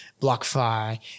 BlockFi